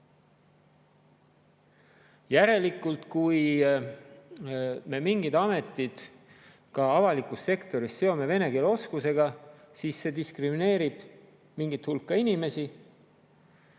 Järelikult, kui me seome mingid ametid ka avalikus sektoris vene keele oskusega, siis see diskrimineerib mingit hulka inimesi.